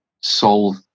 solve